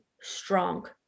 strong